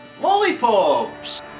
lollipops